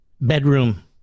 bedroom